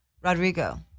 Rodrigo